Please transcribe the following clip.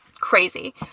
crazy